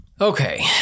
okay